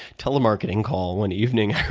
telemarketing call one evening,